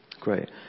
Great